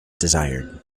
desired